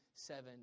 Seven